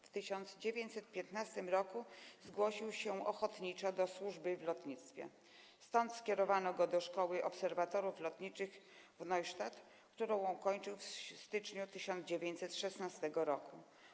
W 1915 r. zgłosił się ochotniczo do służby w lotnictwie, skąd skierowano go do szkoły obserwatorów lotniczych w Neustadt, którą ukończył w styczniu 1916 r.